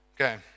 Okay